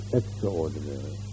extraordinary